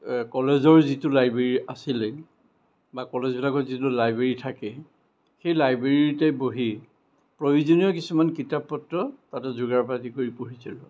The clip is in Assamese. কলেজৰ যিটো লাইব্ৰেৰী আছিলে বা কলেজবিলাকত যিটো লাইব্ৰেৰী থাকে সেই লাইব্ৰেৰীতে বহি প্ৰয়োজনীয় কিছুমান কিতাপ পত্ৰ তাতে যোগাৰ পাতি কৰি পঢ়িছিলোঁ